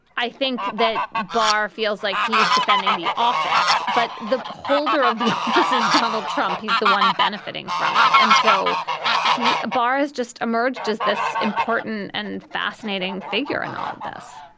i think that barr feels like he is defending the office. but the holder of the office is donald trump. he's the one benefiting from it. and so he barr is just emerged as this important and fascinating figure in all this